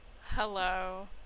Hello